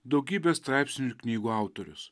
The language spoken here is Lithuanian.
daugybės straipsnių ir knygų autorius